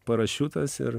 parašiutas ir